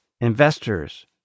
investors